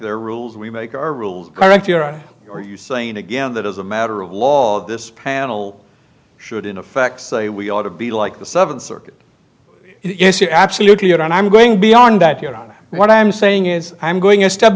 their rules we make our rules correctly or are you saying again that as a matter of law this panel should in effect say we ought to be like the seventh circuit yes you're absolutely right i'm going beyond that here on what i'm saying is i'm going a step